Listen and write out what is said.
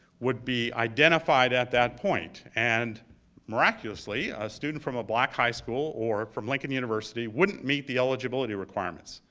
would be identified at that point and miraculously, a student from a black high school or from lincoln university wouldn't meet the eligibility requirements,